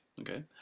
Okay